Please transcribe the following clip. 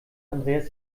andreas